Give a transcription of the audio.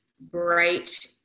bright